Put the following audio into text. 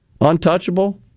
untouchable